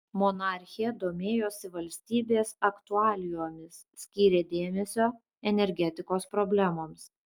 monarchė domėjosi valstybės aktualijomis skyrė dėmesio energetikos problemoms